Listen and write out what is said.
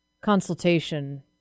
consultation